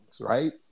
right